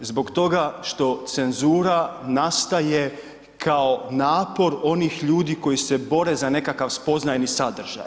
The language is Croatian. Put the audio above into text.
Zbog toga što cenzura nastaje kao napor onih ljudi koji se bore za nekakav spoznajni sadržaj.